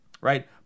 right